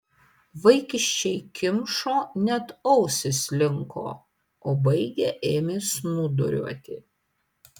vaikiščiai kimšo net ausys linko o baigę ėmė snūduriuoti